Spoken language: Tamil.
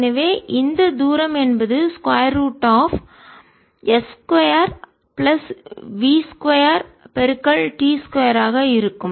எனவே இந்த தூரம் என்பது square root of s 2 plus v 2t 2ஆக இருக்கும்